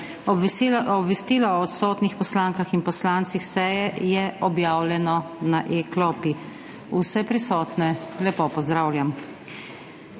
Obvestilo o odsotnih poslankah in poslancih seje je objavljeno na e-klopi. Vse prisotne lepo pozdravljam!